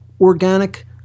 organic